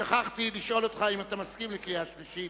שכחתי לשאול אותך אם אתה מסכים לקריאה שלישית.